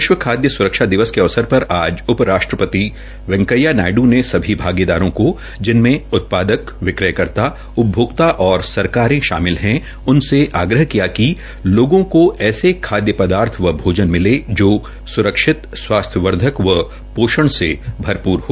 विश्व खाद्य दिवस के अवसर पर आज उप राष्ट्रपति वैकेया नायड्र ने सभी भागीदारो को जिनमे उत्पादक विक्रयकर्ता उपभोक्ता और सरकारें शामिल है उनसे आग्रह किया है पांच लोगों को ऐसे खाद्य पदार्थ व भोजन मिले जो सुरक्षित स्वास्थ्यवर्धक व पोषण से भरपूर हो